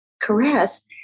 caress